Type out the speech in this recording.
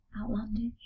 outlandish